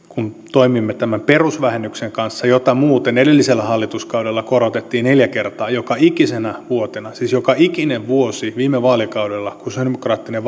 kun toimimme tämän perusvähennyksen kanssa jota muuten edellisellä hallituskaudella korotettiin neljä kertaa joka ikisenä vuotena siis joka ikinen vuosi viime vaalikaudella kun sosialidemokraattinen